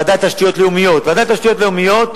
ועדת תשתיות לאומיות: בוועדת תשתיות לאומיות